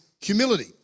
Humility